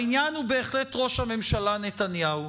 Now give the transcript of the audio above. העניין הוא בהחלט ראש הממשלה נתניהו,